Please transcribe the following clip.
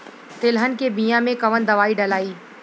तेलहन के बिया मे कवन दवाई डलाई?